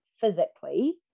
physically